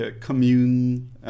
commune